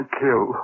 kill